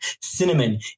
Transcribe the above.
cinnamon